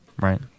Right